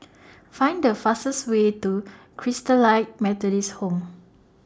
Find The fastest Way to Christalite Methodist Home